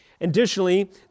Additionally